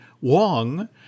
Wong